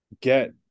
get